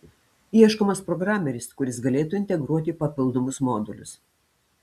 ieškomas programeris kuris galėtų integruoti papildomus modulius